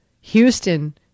Houston